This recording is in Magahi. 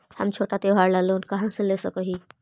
हम छोटा त्योहार ला लोन कहाँ से ले सक ही?